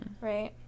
Right